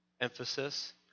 emphasis